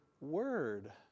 word